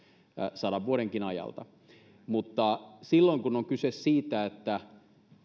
sadankin vuoden ajalta mutta silloin kun on kyse siitä että